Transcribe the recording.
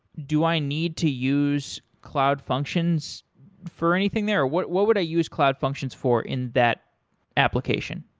do i need to use cloud functions for anything there? what what would i use cloud functions for in that application?